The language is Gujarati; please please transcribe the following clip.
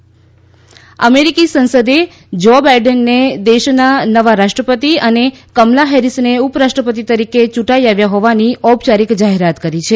અમેરિકા રાષ્ટ્રપતિ જાહેરાત અમેરિકી સંસદે જો બાઇડેનને દેશના નવા રાષ્ટ્રપતિ અને કમલા હેરિસને ઉપરાષ્ટ્રપતિ તરીકે યૂંટાઇ આવ્યા હોવાની ઔપચારિક જાહેરાત કરી છે